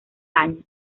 años